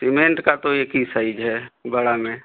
cement का तो एक ही साइज़ है बड़ा में